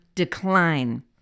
Decline